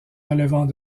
relevant